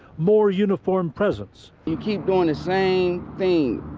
mawr uniformed presence. you keep doing the same thing